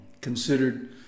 considered